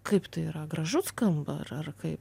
kaip tai yra gražus skamba ar ar kaip